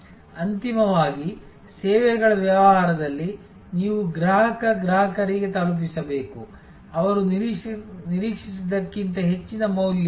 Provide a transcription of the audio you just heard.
ಅಂತಿಮವಾಗಿ ಸೇವೆಗಳ ವ್ಯವಹಾರದಲ್ಲಿ ನೀವು ಗ್ರಾಹಕ ಗ್ರಾಹಕರಿಗೆ ತಲುಪಿಸಬೇಕು ಅವರು ನಿರೀಕ್ಷಿಸಿದ್ದಕ್ಕಿಂತ ಹೆಚ್ಚಿನ ಮೌಲ್ಯ